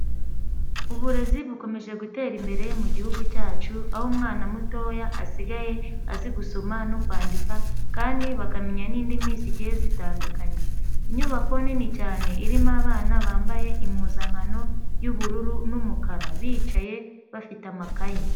Uburezi bukomeje gutera imbere mu gihugu cyacu, aho umwana mutoya asigaye azi gusoma no kwandika kandi bakamenya n'indimi zigiye zitandukanye. Inyubako nini cyane irimo abana bambaye impuzankano y'ubururu n'umukara bicaye bafite amakayi.